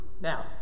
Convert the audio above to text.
Now